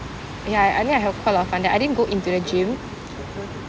ya I admit I had quite a lot of fun there I didn't go into the gym